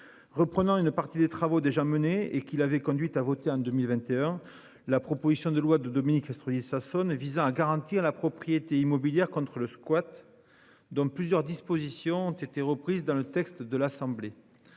Reprenant une partie des travaux déjà menés et qui l'avait conduite à voter en 2021. La proposition de loi de Dominique Estrosi Sassone visant à garantir la propriété immobilière contre le squat. Dont plusieurs dispositions ont été reprises dans le texte de l'Assemblée.